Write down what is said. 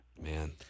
Man